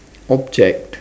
object